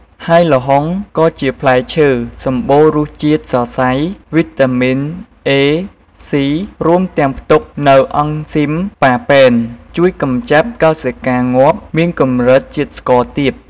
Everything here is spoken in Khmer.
ហើយល្ហុងក៏ជាផ្លែឈើ សម្បូរជាតិសរសៃ វីតាមីន A, C រួមទាំងផ្ទុកនូវអង់ស៊ីម ប៉ាប៉េន ជួយកម្ចាត់កោសិកាងាប់ មានកម្រិតជាតិស្ករទាប។